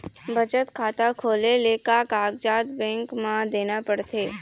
बचत खाता खोले ले का कागजात बैंक म देना पड़थे?